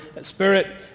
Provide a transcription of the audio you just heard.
spirit